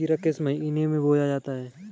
खीरा किस महीने में बोया जाता है?